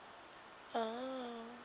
ah